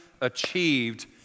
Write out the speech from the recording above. achieved